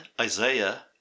Isaiah